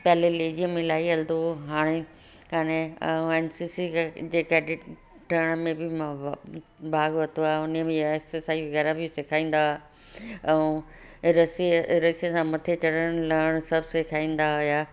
पहले लेजियम इलाही हलंदो हो हाणे घणे एन सी सी जेका ॾिसण में बि भाॻु वरितो आहे उन में आहे सफ़ाई वग़ैरह बि सेखारींदा ऐं रस्सी रस्सी सां मथे चढ़णु लहणु सभु सेखारींदा हुया